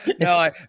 no